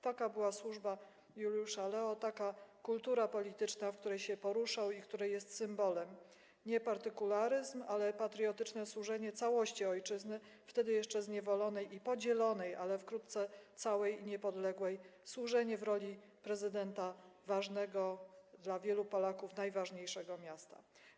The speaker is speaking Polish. Taka była służba Juliusza Lea, taka kultura polityczna, w której się poruszał i której jest symbolem - nie partykularyzm, ale patriotyczne służenie całości ojczyzny, wtedy jeszcze zniewolonej i podzielonej, ale wkrótce całej i niepodległej, służenie w roli prezydenta ważnego, dla wielu Polaków najważniejszego, miasta.